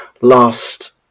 last